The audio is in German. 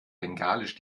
bengalisch